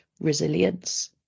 resilience